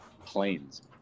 planes